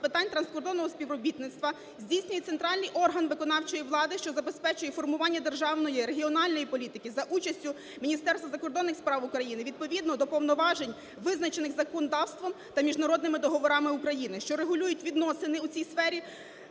питань транскордонного співробітництва здійснює центральний орган виконавчої влади, що забезпечує формування державної регіональної політики, за участю Міністерства закордонних справ України, відповідно до повноважень, визначених законодавством та міжнародними договорами України, що регулюють відносини у цій сфері,